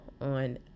on